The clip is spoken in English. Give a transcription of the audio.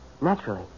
Naturally